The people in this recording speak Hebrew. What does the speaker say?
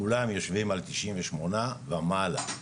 כולם יושבים על תשעים ושמונה ומעלה.